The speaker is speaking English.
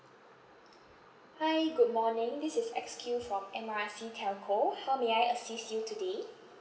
hi good morning this is X Q from M R C telco how may I assist you today